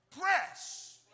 press